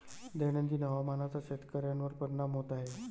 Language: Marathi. दैनंदिन हवामानाचा शेतकऱ्यांवर परिणाम होत आहे